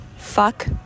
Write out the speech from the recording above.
Fuck